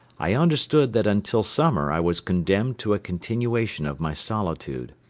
i understood that until summer i was condemned to a continuation of my solitude.